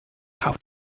how